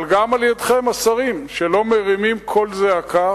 אבל גם על-ידיכם, השרים, שלא מרימים קול זעקה